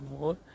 more